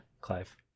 clive